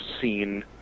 scene